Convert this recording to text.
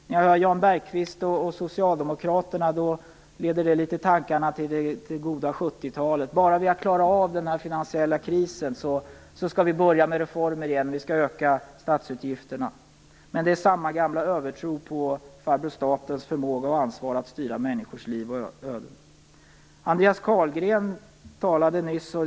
När jag hör Jan Bergqvist och socialdemokraterna leds tankarna litet till det goda 70-talet - bara vi har klarat av den finansiella krisen skall vi börja med reformer igen och öka statsutgifterna. Men det är samma gamla övertro på farbror statens förmåga och ansvar att styra människors liv och öden. Andreas Carlgren talade nyss.